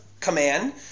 command